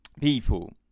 people